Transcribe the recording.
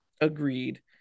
Agreed